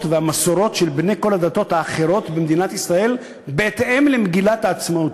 והמסורות של בני כל הדתות האחרות במדינת ישראל בהתאם למגילת העצמאות."